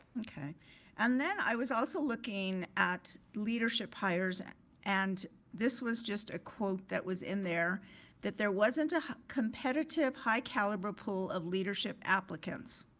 okay and then i was also looking at leadership hires and this was just a quote that was in there that there wasn't a competitive high caliber pool of leadership applicants.